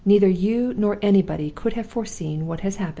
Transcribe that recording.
neither you nor anybody could have foreseen what has happened.